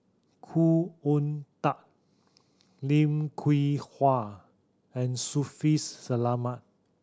Khoo Oon Teik Lim Hwee Hua and Shaffiq Selamat